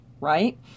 right